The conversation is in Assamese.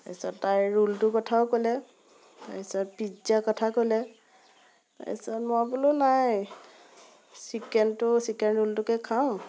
তাৰপিছত তাই ৰোলটোৰ কথাও ক'লে তাৰপিছত পিজ্জা কথা ক'লে তাৰপিছত মই বোলো নাই চিকেনটো চিকেন ৰোলটোকে খাওঁ